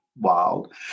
wild